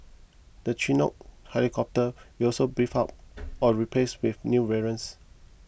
the chinook helicopters will also beefed up or replaced with new variants